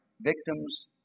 victims